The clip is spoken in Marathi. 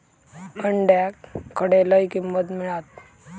अंड्याक खडे लय किंमत मिळात?